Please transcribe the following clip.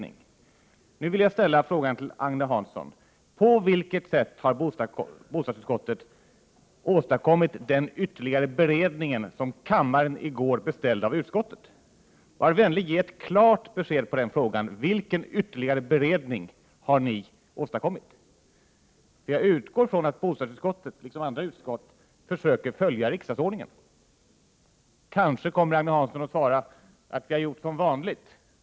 Nu vill jag ställa frågan till Agne Hansson: På vilket sätt har bostadsutskottet åstadkommit den ytterligare beredning som kammaren i går beställde av utskottet? Var vänlig att ge ett klart svar på den frågan! Jag utgår från att bostadsutskottet, liksom andra utskott, försöker följa riksdagsordningen. Kanske kommer Agne Hansson att svara att man har gjort som vanligt.